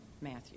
Matthew